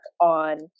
on